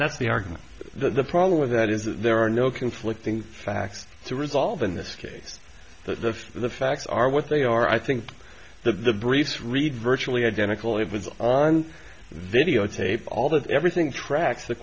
that's the argument the problem with that is that there are no conflicting facts to resolve in this case the the facts are what they are i think the briefs read virtually identical it was on video tape all that everything tracks the